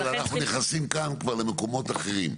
אבל אנחנו נכנסים כאן כבר למקומות אחרים.